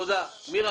עוד